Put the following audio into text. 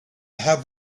have